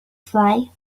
fly